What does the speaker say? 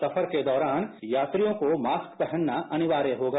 सफर के दौरान यात्रियों को मास्क पहनना अनिवार्य होगा